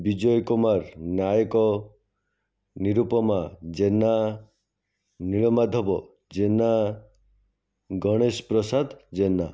Bijay Kumar Nayak Nirupama Jena Nilamadhab Jena Ganesh Prasad Jena